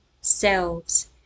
selves